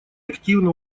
активно